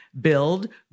Build